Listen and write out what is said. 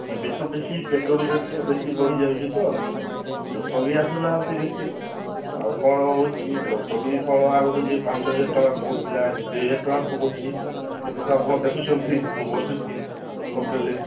ଏବେ ତ ବେଶୀ ପେଟ୍ରୋଲ୍ ରେଟ୍ ବେଶୀ ବଢ଼ି ଯାଉଛି ତ ଲୋକ ବି ଆସୁ ନାହାନ୍ତି ବେଶୀ ଆଉ କ'ଣ ହେଉଛି ଲୋକ ବି କ'ଣ ଆଉ ଯିଏ ପାଞ୍ଚ ହଜାର ଟଙ୍କା ପକଉ ଥିଲା ଏବେ ଦୁଇ ହଜାର ଟଙ୍କା ପକଉଛି ଏବେ ତ ଆପଣ ଦେଖୁଛନ୍ତି ମୁଁ ବସୁଛି ସବୁବେଳେ